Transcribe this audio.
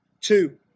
Two